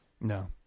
No